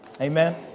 Amen